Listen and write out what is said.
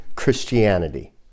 Christianity